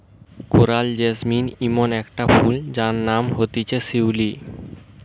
coral jasmine ইমন একটা ফুল যার নাম হতিছে শিউলি